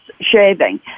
shaving